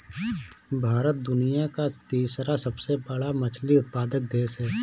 भारत दुनिया का तीसरा सबसे बड़ा मछली उत्पादक देश है